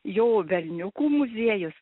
jo velniukų muziejus